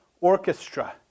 orchestra